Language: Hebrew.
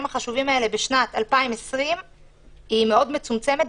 החשובים האלה ב-2020 מאוד מצומצמת,